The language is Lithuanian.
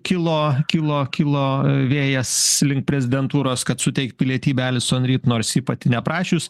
kilo kilo kilo e vėjas link prezidentūros kad suteikt pilietybę alison ryt nors ji pati neprašius